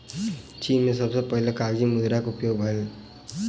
चीन में सबसे पहिने कागज़ी मुद्रा के उपयोग भेल छल